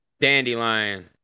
Dandelion